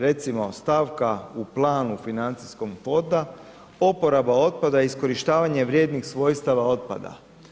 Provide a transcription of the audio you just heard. Recimo, stavka u planu financijskom ... oporaba otpada, iskorištavanje vrijednih svojstava otpada.